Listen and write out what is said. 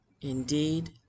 indeed